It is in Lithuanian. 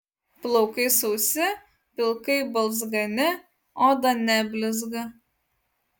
plaukai sausi pilkai balzgani oda neblizga